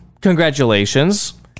Congratulations